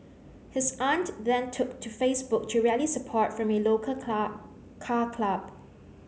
his aunt then took to Facebook to rally support from a local car car club